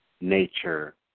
nature